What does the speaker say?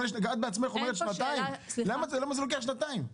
את בעצמך אומרת שנתיים, למה זה לוקח שנתיים?